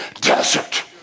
desert